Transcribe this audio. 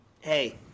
Hey